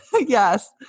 Yes